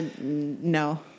No